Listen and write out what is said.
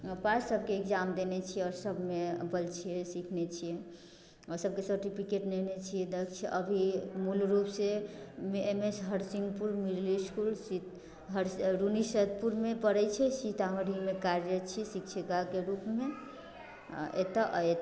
पास सबके एग्जाम देने छियै आओर सबमे अव्वल छियै सिखने छियै सबके सर्टिफिकेट नेने छियै दक्ष अभी मूलरूप से M S Harsinghpur middle school Runni सैदपुरमे पड़ैत छै सीतामढ़ीमे कार्यरत छी शिक्षिकाके रूपमे एतऽ